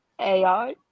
AI